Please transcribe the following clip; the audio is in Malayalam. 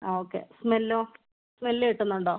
ആ ഓക്കെ സ്മെല്ലോ സ്മെൽ കിട്ടുന്നുണ്ടോ